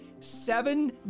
seven